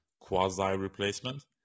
quasi-replacement